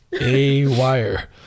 A-Wire